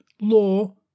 law